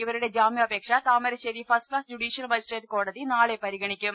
ഇവരുടെ ജാമ്യാപേക്ഷ Thamarassery first class judicial മജിസ്ട്രേറ്റ്കോടതി നാളെ പരിഗണിക്കും